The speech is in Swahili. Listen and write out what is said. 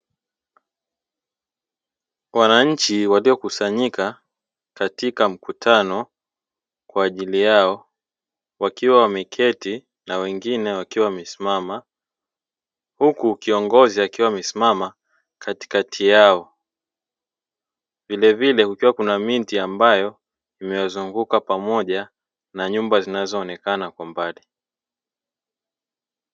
Wananchi waliokusanyika katika mkutano kwa ajili yao, wakiwa wameketi na wengine wakiwa wamesimama, huku kiongozi akiwa amesimama katikati yao. Vilevile kukiwa kuna miti ambayo imewazunguka pamoja na nyumba zinazoonekana kwa mbali.